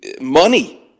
money